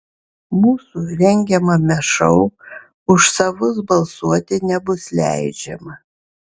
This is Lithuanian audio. mūsų rengiamame šou už savus balsuoti nebus leidžiama